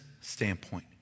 standpoint